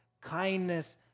kindness